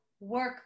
work